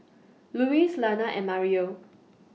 Louise Lana and Mario